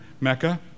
Mecca